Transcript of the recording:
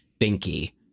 Binky